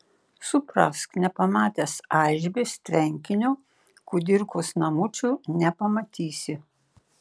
suprask nepamatęs aišbės tvenkinio kudirkos namučių nepamatysi